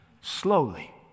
slowly